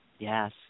Yes